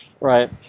Right